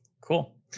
Cool